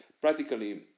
Practically